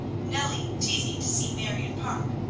nellie teasing to see marion parke.